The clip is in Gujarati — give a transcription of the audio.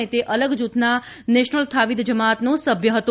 અને તે અલગ જૂથના નેશનલ થાવીદ જમાતનો સભ્ય હતો